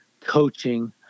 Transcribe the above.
coaching